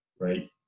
right